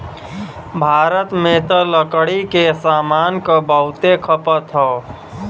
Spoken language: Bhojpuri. भारत में त लकड़ी के सामान क बहुते खपत हौ